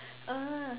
uh